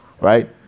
right